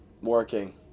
working